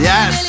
Yes